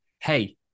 hey